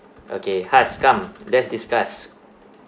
okay has come let's discuss